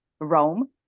Rome